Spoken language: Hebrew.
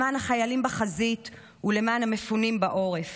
למען החיילים בחזית ולמען המפונים בעורף.